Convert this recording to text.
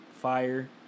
Fire